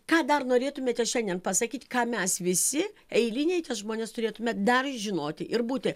ką dar norėtumėte šiandien pasakyt ką mes visi eiliniai žmonės turėtume dar žinoti ir būti